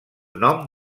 nom